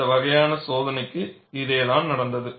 இந்த வகையான சோதனைக்கும் இதேதான் நடந்தது